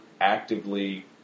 actively